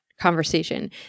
Conversation